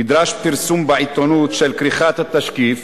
נדרש פרסום בעיתונות של כריכת התשקיף